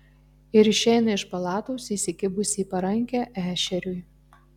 ir išeina iš palatos įsikibusi į parankę ešeriui